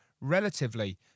relatively